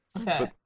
Okay